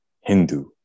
Hindu